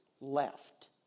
left